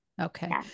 Okay